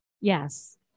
Yes